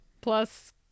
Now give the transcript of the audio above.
Plus